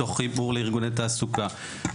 מתוך חיבור לארגוני תעסוקה,